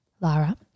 Lara